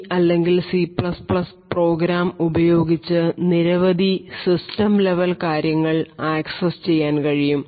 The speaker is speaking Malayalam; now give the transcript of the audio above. CC പ്രോഗ്രാം ഉപയോഗിച്ച് നിരവധി സിസ്റ്റം ലെവൽ കാര്യങ്ങൾ ആക്സസ് ചെയ്യാൻ കഴിയും